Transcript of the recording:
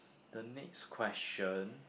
the next question